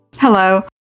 Hello